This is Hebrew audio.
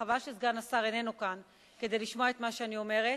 חבל שסגן השר איננו כאן כדי לשמוע את מה שאני אומרת,